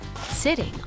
sitting